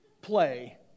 play